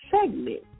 segment